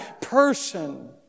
person